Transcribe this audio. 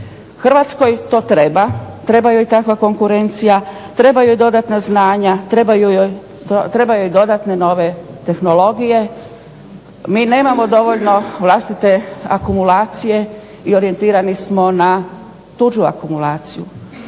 Hrvatskoj to treba, treba joj takva konkurencija, trebaju joj dodatna znanja, trebaju joj dodatne tehnologije, mi nemamo dovoljno vlastite akumulacije i orijentirani smo na tuđu akumulaciju.